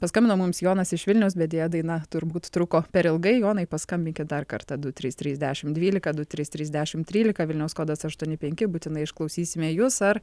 paskambino mums jonas iš vilniaus bet dėja daina turbūt truko per ilgai jonai paskambinkit dar kartą du trys trys dešimt dvylika du trys trys dešimt trylika vilniaus kodas aštuoni penki būtinai išklausysime jus ar